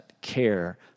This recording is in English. care